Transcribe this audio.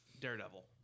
Daredevil